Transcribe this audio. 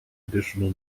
additional